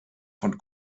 von